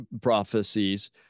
prophecies